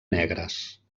negres